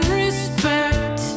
respect